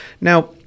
Now